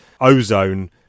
Ozone